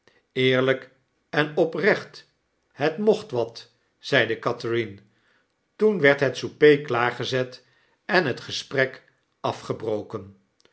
eeriyk en oprecht het mocht wat zeide catherine toen werd het souper klaargezet en het gesprek afgebroken